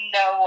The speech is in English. no